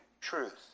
truth